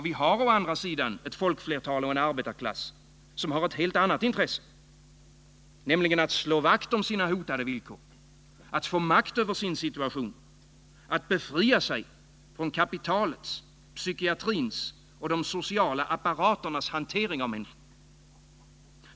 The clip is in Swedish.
Vi har å andra sidan ett folkflertal och en arbetarklass, som har ett helt annat intresse, nämligen att slå vakt om sina hotade villkor, att få makt över sin situation, att befria sig från kapitalets, psykiatrins och de sociala apparaternas hantering av människor.